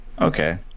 Okay